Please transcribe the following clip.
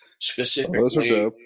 specifically